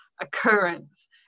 occurrence